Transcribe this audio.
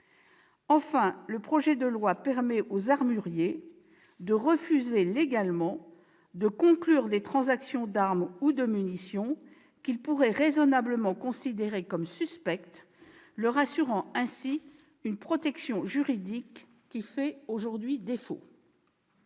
Enfin, le projet de loi permet aux armuriers de refuser, légalement, de conclure des transactions d'armes ou de munitions qu'ils pourraient raisonnablement considérer comme suspectes, leur assurant ainsi une protection juridique qui fait aujourd'hui défaut.